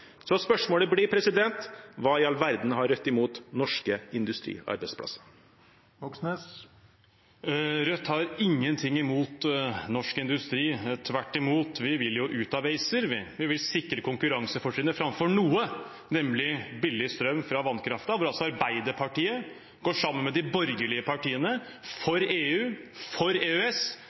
Spørsmålet blir: Hva i all verden har Rødt imot norske industriarbeidsplasser? Rødt har ingenting imot norsk industri. Tvert imot – vi vil jo ut av ACER. Vi vil sikre konkurransefortrinnet framfor noe, nemlig billig strøm fra vannkraften, hvor altså Arbeiderpartiet går sammen med de borgerlige partiene for EU, for EØS,